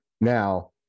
now